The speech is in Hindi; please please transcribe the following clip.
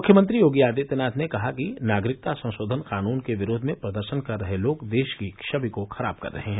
मुख्यमंत्री योगी आदित्यनाथ ने कहा कि नागरिकता संशोधन कानून के विरोध में प्रदर्शन कर रहे लोग देश की छवि को खराब कर रहे हैं